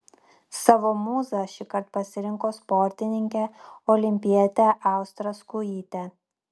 savo mūza šįkart pasirinko sportininkę olimpietę austrą skujytę